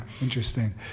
Interesting